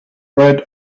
red